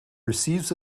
receives